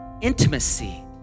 intimacy